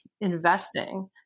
investing